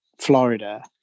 Florida